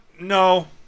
no